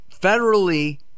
federally